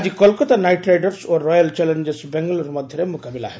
ଆଜି Kolkata Knight Riders ଓ Royal Challengers Bangalore ମଧ୍ୟରେ ମୁକାବିଲା ହେବ